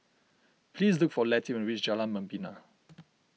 please look for Letty when you reach Jalan Membina